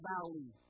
Valley